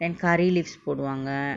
and curry leaves போடுவாங்க:poduvanga